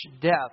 death